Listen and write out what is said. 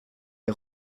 les